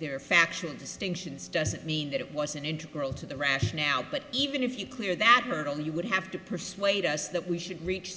there factions distinctions doesn't mean that it was an integral to the rationale but even if you clear that hurdle you would have to persuade us that we should reach